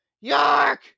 York